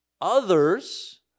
Others